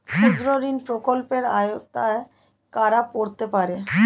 ক্ষুদ্রঋণ প্রকল্পের আওতায় কারা পড়তে পারে?